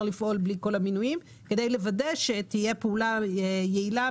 לפעול בלי כל המינויים כדי לוודא שתהיה פעולה יעילה,